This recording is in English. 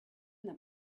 that